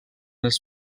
els